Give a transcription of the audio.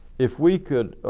if we could